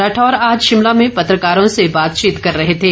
राठौर आज शिमला में पत्रकारों से बातचीत कर रहे थे